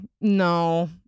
no